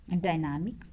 dynamic